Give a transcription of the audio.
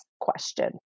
question